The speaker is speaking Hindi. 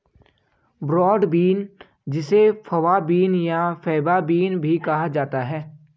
ब्रॉड बीन जिसे फवा बीन या फैबा बीन भी कहा जाता है